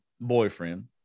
boyfriend